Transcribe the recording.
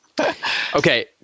Okay